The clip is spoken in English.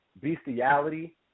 bestiality